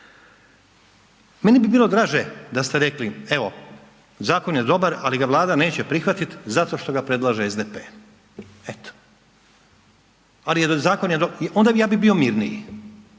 Meni bi bilo draže da ste rekli evo, zakon je dobar ali ga Vlada neće prihvatit zato što ga predlaže SDP, eto. .../Govornik se ne razumije./... onda ja bi bio mirniji